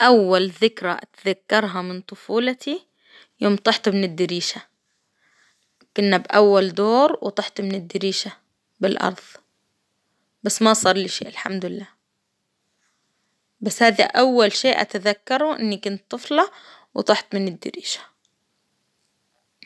أول ذكرى أتذكرها من طفولتي، يوم طحت من الدريشة، كنا بأول دور، وطحت من الدريشة بالارض، بس ما صار لي شيء الحمد لله، بس هذا أول شيء أتذكره إني كنت طفلة، وطحت من الدريشة.